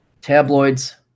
Tabloids